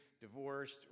divorced